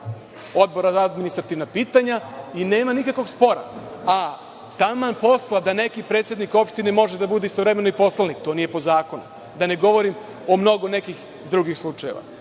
Odbora za administrativna pitanja i nema nikakvog spora, a taman posla da neki predsednik opštine može da bude istovremeno i poslanik. To nije po zakonu, a da ne govorim o nekim drugim slučajevima. Agencija